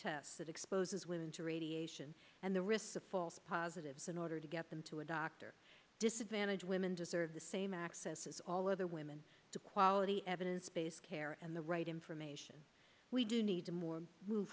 to radiation and the risks of false positives in order to get them to a doctor disadvantage women deserve the same access as all other women to quality evidence based care and the right information we do need to more move